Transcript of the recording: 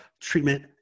treatment